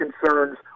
concerns